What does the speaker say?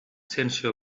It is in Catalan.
sense